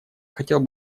хотел